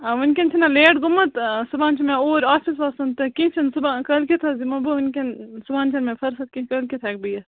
آ وُنکٮ۪ن چھُنا لیٹ گوٚمُت صُبحن چھُ مےٚ اوٗرۍ آفیس وَسُن تہٕ کیٚنٛہہ چھُنہٕ صُبحن کٲلۍ کٮ۪تھ حظ یِمَو بہٕ وُنکٮ۪ن صُبحن چھَنہٕ مےٚ فُرصت کیٚنٛہہ کٲلۍ کٮ۪تھ ہیٚکہٕ بہٕ یِتھ